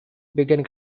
begun